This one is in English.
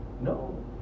No